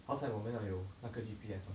好采我们要有那个 G_P_S ah